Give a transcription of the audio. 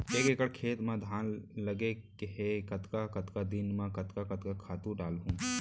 एक एकड़ खेत म धान लगे हे कतका कतका दिन म कतका कतका खातू डालहुँ?